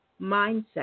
mindset